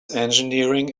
engineering